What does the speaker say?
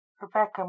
Rebecca